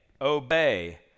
obey